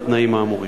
בתנאים האמורים.